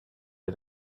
wir